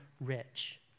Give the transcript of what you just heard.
rich